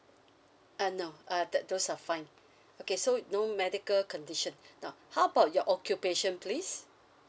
uh no uh tho~ those are fine okay so no medical condition now how about your occupation please